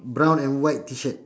brown and white T shirt